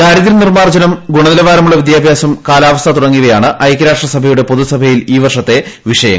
ദാരിദ്ര്യ നിർമ്മാർജ്ജനം ഗുണനിലവാരമുള്ള വീദ്യാഭ്യാസം കാലാവസ്ഥ തുടങ്ങിയവയാണ് ഐക്യരാഷ്ട്രസഭയുടെ പൊതുസഭയിൽ ഈ വർഷത്തെ വിഷയങ്ങൾ